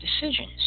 decisions